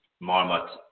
Marmot